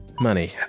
Money